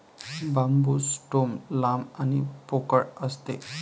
बांबू stem लांब आणि पोकळ असते